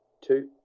two